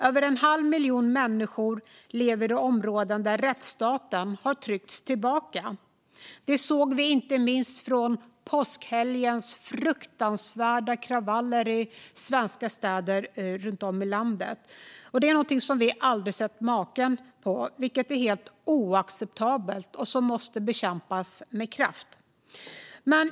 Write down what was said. Över en halv miljon människor lever i områden där rättsstaten har tryckts tillbaka. Det såg vi inte minst vid påskhelgens fasansfulla kravaller i städer runt om i landet. Det var någonting som vi aldrig sett maken till och som är helt oacceptabelt och måste bekämpas med kraft.